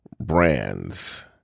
brands